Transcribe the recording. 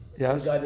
Yes